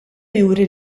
juri